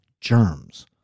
germs